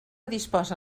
disposa